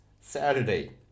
Saturday